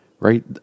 Right